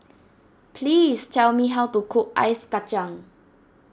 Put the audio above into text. please tell me how to cook Ice Kacang